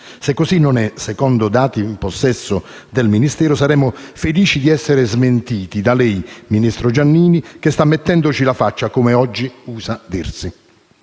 Se secondo i dati in possesso del Ministero così non è, saremo felici di essere smentiti da lei, ministro Giannini, che ci sta mettendo la faccia, come oggi usa dirsi.